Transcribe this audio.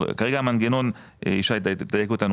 כרגע המנגנון ישי ידייק אותנו,